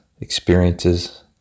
experiences